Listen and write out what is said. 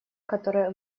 которое